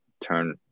turn